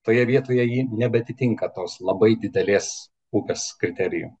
toje vietoje ji nebeatitinka tos labai didelės upės kriterijų